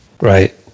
Right